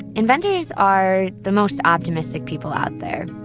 inventors are the most optimistic people out there.